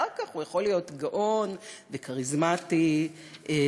אחר כך הוא יכול להיות גאון וכריזמטי וסוחף